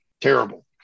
Terrible